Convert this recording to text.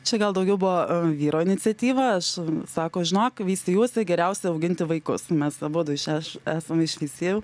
čia gal daugiau buvo vyro iniciatyva su sako žinok veisiejuose geriausia auginti vaikus mes abudu iš e esam iš veisiejų